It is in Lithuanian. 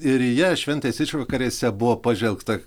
ir į ją šventės išvakarėse buvo pažvelgta